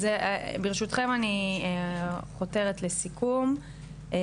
אז ברשותכם אני חותרת לסיכום,